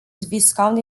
viscount